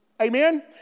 Amen